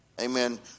Amen